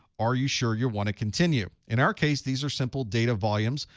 are you sure you want to continue? in our case, these are simple data volumes.